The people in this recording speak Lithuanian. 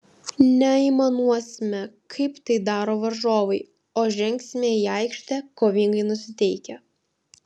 neaimanuosime kaip tai daro varžovai o žengsime į aikštę kovingai nusiteikę